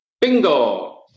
bingo